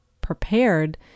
prepared